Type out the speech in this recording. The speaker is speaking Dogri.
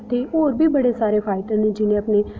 होर बी बड़े सारे फाइटर न जि'नें अपने